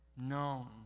known